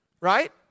Right